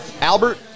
Albert